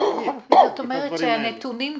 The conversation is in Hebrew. זאת אומרת, הנתונים קיימים.